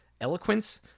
Eloquence